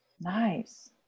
Nice